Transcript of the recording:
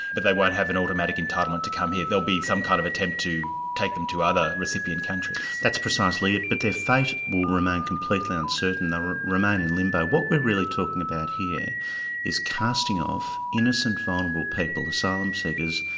but they won't have an automatic entitlement to come here, there'll be some kind of attempt to take them to other recipient countries. that's precisely it. but their fate will remain completely uncertain they'll remain in limbo. what we're really talking about here is casting off innocent, vulnerable people, asylum seekers,